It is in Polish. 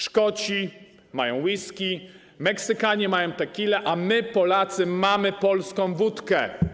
Szkoci mają whisky, Meksykanie mają tequilę, a my, Polacy, mamy polską wódkę.